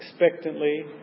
expectantly